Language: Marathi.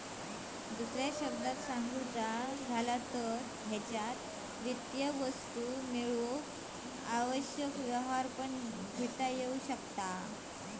दुसऱ्या शब्दांत सांगुचा झाला तर हेच्यात वित्तीय वस्तू मेळवूक आवश्यक व्यवहार पण येता